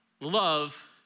love